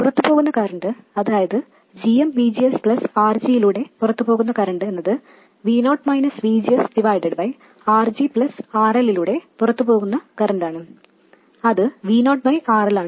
പുറത്ത് പോകുന്ന കറൻറ് അതായത് gm VGS പ്ലസ് RG യിലൂടെ പുറത്ത് പോകുന്ന കറൻറ് എന്നത് RG പ്ലസ് RL ലൂടെ പുറത്ത് പോകുന്ന കറൻറ് ആണ് അത് Vo RL ആണ്